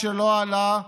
שלא עלה,